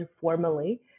formally